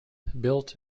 built